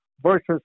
versus